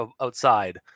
outside